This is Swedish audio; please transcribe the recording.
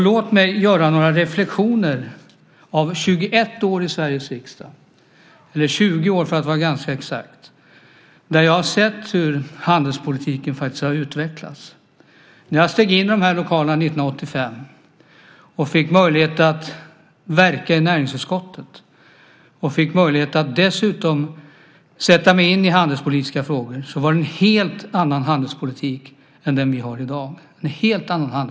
Låt mig göra några reflexioner efter 21 år i Sveriges riksdag, eller 20 år för att vara ganska exakt, där jag sett hur handelspolitiken faktiskt har utvecklats. När jag steg in i de här lokalerna 1985 och fick möjlighet att verka i näringsutskottet och dessutom sätta mig in i handelspolitiska frågor var det en helt annan handelspolitik än den vi har i dag.